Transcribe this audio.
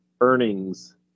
earnings